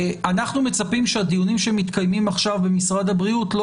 אנחנו מצפים שהדיונים שמתקיימים עכשיו במשרד הבריאות לא